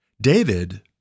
David